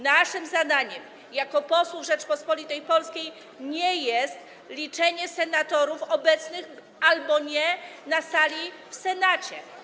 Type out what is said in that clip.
Naszym zadaniem jako posłów Rzeczypospolitej Polskiej nie jest liczenie senatorów obecnych albo nie na sali w Senacie.